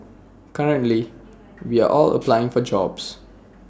currently we are all applying for jobs